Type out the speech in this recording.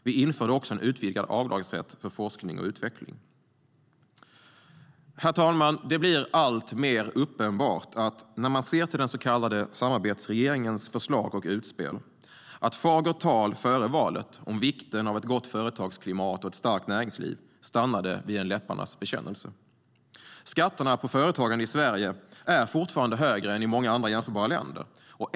Vi införde också en utvidgad avdragsrätt för forskning och utveckling. Herr talman! Det blir alltmer uppenbart när man ser till den så kallade samarbetsregeringens förslag och utspel att fagert tal före valet om vikten av ett gott företagsklimat och ett starkt näringsliv stannade vid en läpparnas bekännelse. I Sverige är skatterna på företagande fortfarande högre än i många andra jämförbara länder.